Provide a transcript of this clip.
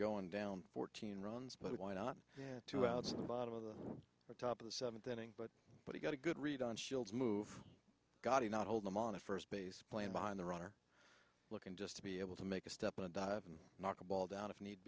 going down fourteen runs but why not two outs in the bottom of the top of the seventh inning but but he got a good read on shields move god he not hold them on a first base plane behind the runner looking just to be able to make a step and knock a ball down if need